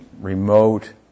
remote